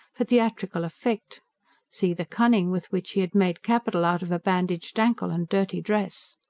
for theatrical effect see the cunning with which he had made capital out of a bandaged ankle and dirty dress!